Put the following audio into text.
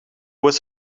was